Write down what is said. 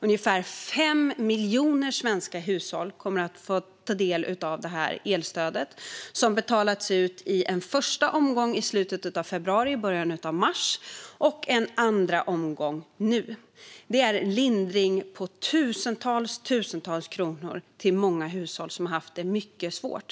Ungefär 5 miljoner svenska hushåll kommer att få ta del av elstödet. Det betalades ut i en första omgång i slutet av februari och början av mars, och en andra omgång kommer nu. Det är lindring med tusentals kronor till många hushåll som haft det mycket svårt.